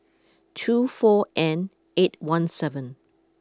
two four N eight one seven